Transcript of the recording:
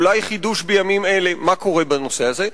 אולי חידוש בימים אלה מה קורה בנושא הזה.